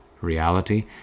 reality